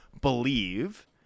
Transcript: believe